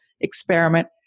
experiment